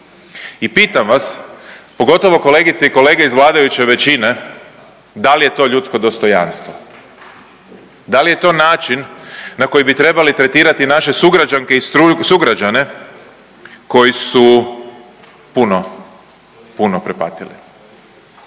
I pitam vas, pogotovo kolegice i kolege iz vladajuće većine, dal je to ljudsko dostojanstvo, dal je to način na koji bi trebali tretirati naše sugrađanke i sugrađane koji su puno, puno prepatili?